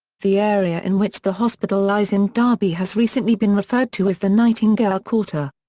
the area in which the hospital lies in derby has recently been referred to as the nightingale quarter.